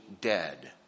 dead